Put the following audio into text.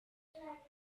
für